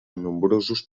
nombrosos